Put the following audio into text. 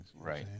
Right